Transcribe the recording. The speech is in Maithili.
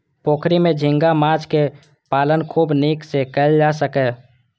पोखरि मे झींगा माछक पालन खूब नीक सं कैल जा सकैए